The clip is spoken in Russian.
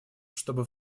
чтобы